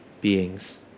beings